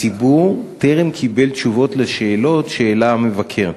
הציבור טרם קיבל תשובות לשאלות שהעלה המבקר.